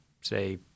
say